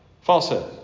Falsehood